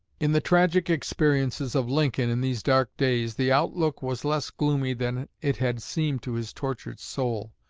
in the tragic experiences of lincoln in these dark days, the outlook was less gloomy than it had seemed to his tortured soul.